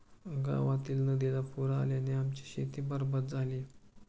गावातील नदीला पूर आल्याने आमची शेती बरबाद झाली